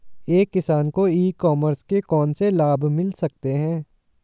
एक किसान को ई कॉमर्स के कौनसे लाभ मिल सकते हैं?